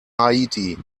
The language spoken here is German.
haiti